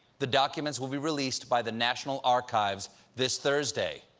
the documents will be released by the national archives this thursday.